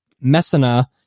Messina